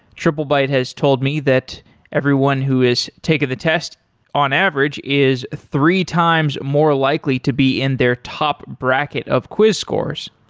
triplebyte has told me that everyone who has taken the test on average is three times more likely to be in their top bracket of quiz scores